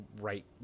right